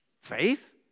Faith